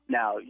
Now